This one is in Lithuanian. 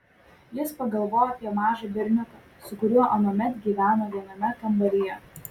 jis pagalvojo apie mažą berniuką su kuriuo anuomet gyveno viename kambaryje